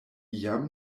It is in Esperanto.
jam